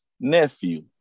nephew